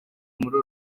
muri